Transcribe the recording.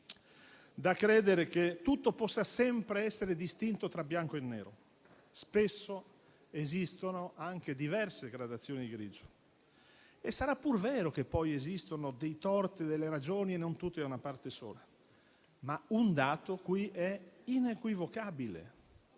da credere che tutto possa sempre essere distinto tra bianco e nero. Spesso esistono diverse gradazioni di grigio e sarà pur vero che esistono dei torti e delle ragioni e non tutte da una parte sola. Ma un dato qui è inequivocabile